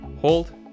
hold